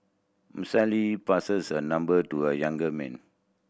passes her number to a young man